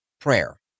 Prayer